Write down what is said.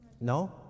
No